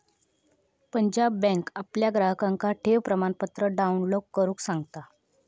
Punjab bank आपल्या ग्राहकांका ठेव प्रमाणपत्र डाउनलोड करुक सांगता